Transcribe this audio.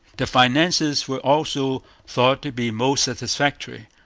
the finances were also thought to be most satisfactory.